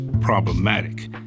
problematic